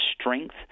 strength